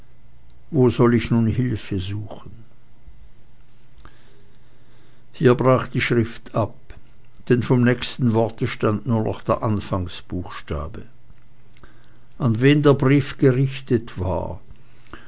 wo soll ich nun die hilfe suchen hier brach die schrift ab denn vom nächsten worte stand nur noch der anfangsbuchstabe an wen der brief gerichtet war